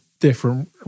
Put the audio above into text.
different